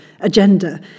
agenda